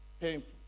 Painful